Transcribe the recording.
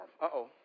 Uh-oh